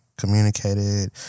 communicated